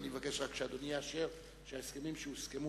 ואני מבקש שאדוני יאשר שההסכמים שהוסכמו